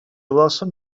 welsom